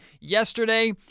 Yesterday